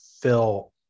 fill